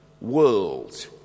world